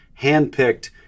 handpicked